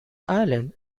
islands